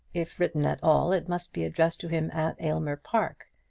if written at all, it must be addressed to him at aylmer park,